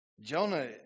Jonah